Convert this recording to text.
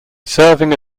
serving